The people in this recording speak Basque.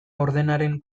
ordenaren